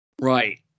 Right